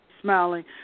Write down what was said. smiling